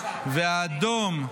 זה האדום.